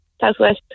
southwest